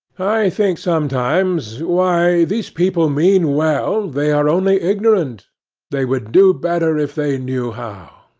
i think sometimes, why, this people mean well, they are only ignorant they would do better if they knew how